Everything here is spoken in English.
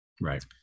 Right